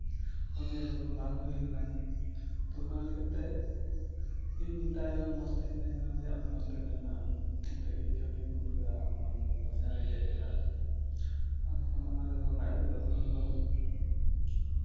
ᱩᱱᱤᱭᱟᱜ ᱡᱚᱠᱷᱚᱱ ᱵᱟᱝ ᱦᱩᱭ ᱞᱮᱱᱟ ᱛᱚ ᱚᱱᱟ ᱞᱟᱹᱜᱤᱫᱛᱮ ᱤᱧ ᱢᱮᱛᱟᱭ ᱠᱟᱱᱟ ᱡᱮ ᱢᱚᱡᱽᱛᱮ ᱢᱮᱞᱢᱮ ᱟᱢ ᱚᱸᱰᱮ ᱤᱧ ᱠᱟᱹᱣᱰᱤᱧ ᱠᱩᱞ ᱠᱟᱫᱟ ᱟᱢ ᱵᱟᱢ ᱧᱮᱞ ᱠᱟᱫᱟ ᱛᱚ ᱤᱧᱟᱹᱜ ᱨᱮᱭ ᱜᱮᱫ ᱠᱮᱫᱟ ᱟᱨ ᱡᱚᱠᱷᱚᱱ ᱟᱢᱟᱜ ᱨᱮ ᱡᱚᱠᱷᱚᱱ ᱵᱟᱭ ᱩᱫᱩᱜ ᱫᱟ ᱛᱚᱵᱮ ᱫᱚ